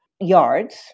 yards